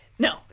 No